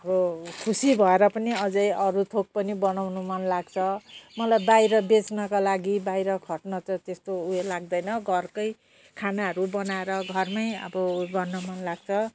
यो खुसी भएर पनि अझै अरू थोक पनि बनाउनु मन लाग्छ मलाई बाहिर बेच्नका लागि बाहिर खट्न त त्यस्तो उयो लाग्दैन घरकै खानाहरू बनाएर घरमै अब गर्न मन लाग्छ